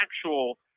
actual